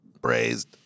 braised